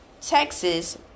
Texas